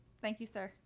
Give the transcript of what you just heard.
thank you, sir.